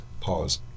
pause